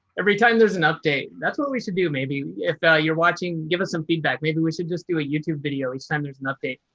every time there's an update, that's what we should do. maybe if yeah you're watching, give us some feedback. maybe we should just do a youtube video each time there's an update.